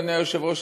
אדוני היושב-ראש,